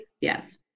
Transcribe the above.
yes